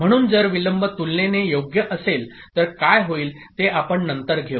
म्हणून जर विलंब तुलनेने योग्य असेल तर काय होईल ते आपण नंतर घेऊ